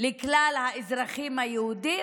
לכלל האזרחים היהודים,